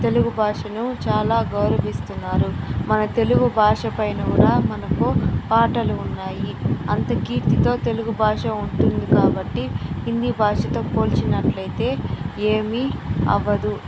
తెలుగు భాషను చాలా గౌరవిస్తున్నారు మన తెలుగు భాషపైన కూడా మనకు పాటలు ఉన్నాయి అంత కీర్తితో తెలుగు భాష ఉంటుంది కాబట్టి హింది భాషతో పోల్చినట్లు అయితే ఏమి అవ్వదు